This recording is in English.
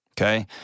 Okay